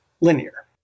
linear